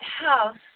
house